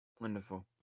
Wonderful